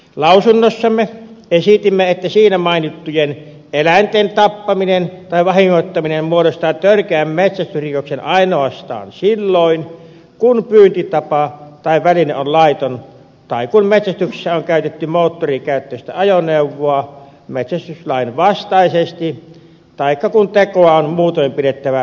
lausunnossamme esitimme että siinä mainittujen eläinten tappaminen tai vahingoittaminen muodostaa törkeän metsästysrikoksen ainoastaan silloin kun pyyntitapa tai väline on laiton tai kun metsästyksessä on käytetty moottorikäyttöistä ajoneuvoa metsästyslain vastaisesti taikka kun tekoa on muutoin pidettävä häikäilemättömänä